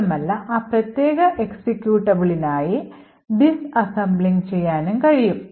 മാത്രമല്ല ആ പ്രത്യേക എക്സിക്യൂട്ടബിളിനായി ഡിസ്അസംബ്ലിംഗ് ചെയ്യാനും കഴിയും